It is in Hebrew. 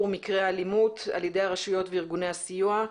מקרי האלימות על ידי הרשויות וארגוני הסיוע,